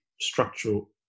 structural